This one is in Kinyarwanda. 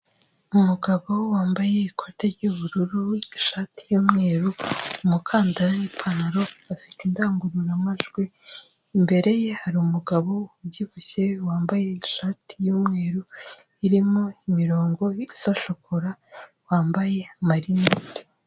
Umugabo wambaye ikote ry'ubururu, ishati y'umweru, umukandara n'ipantaro afite indangurura majwi, imbere ye hari umugabo ubyibushye wambaye ishati y'umweru irimo imirongo isa shokora wambaye amarinete.